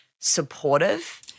supportive